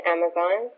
Amazon